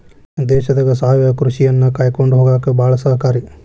ದೇಶದಾಗ ಸಾವಯವ ಕೃಷಿಯನ್ನಾ ಕಾಕೊಂಡ ಹೊಗಾಕ ಬಾಳ ಸಹಕಾರಿ